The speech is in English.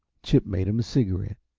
chip made him a cigarette,